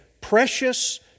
precious